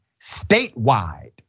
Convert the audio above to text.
statewide